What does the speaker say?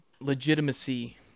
legitimacy